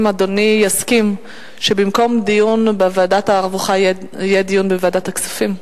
האם אדוני יסכים שבמקום דיון בוועדת הרווחה יהיה דיון בוועדת הכספים?